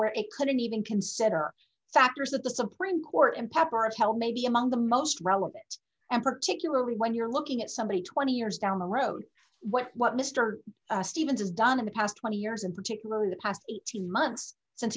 where it couldn't even consider factors that the supreme court and pepper upheld may be among the most relevant and particularly when you're looking at somebody twenty years down the road what what mr stevens has done in the past twenty years and particularly the past eighteen months since